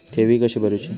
ठेवी कशी भरूची?